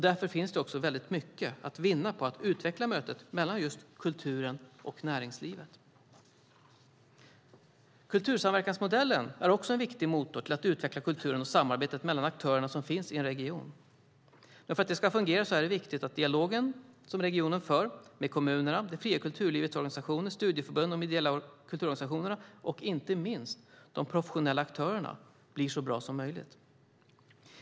Därför finns det väldigt mycket att vinna på att utveckla mötet mellan just kulturen och näringslivet. Kultursamverkansmodellen är också en viktig motor för att utveckla kulturen och samarbetet mellan aktörerna som finns i en region. Men för att det ska fungera är det viktigt att dialogen som regionen för med kommunerna, det fria kulturlivets organisationer, studieförbunden, de ideella kulturorganisationerna och inte minst de professionella aktörerna blir så bra som möjligt.